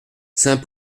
saint